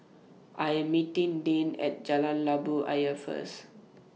I Am meeting Deann At Jalan Labu Ayer First